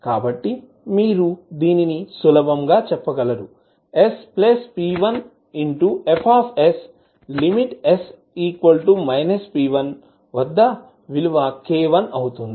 కాబట్టి మీరు దీనిని సులభం చెప్పగలరు sp1Fs|s p1k1అవుతుంది